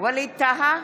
ווליד טאהא,